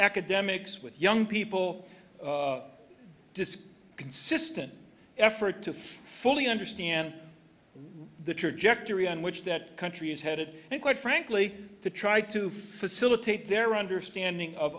academics with young people to see consistent effort to fully understand the trajectory on which that country is headed and quite frankly to try to facilitate their understanding of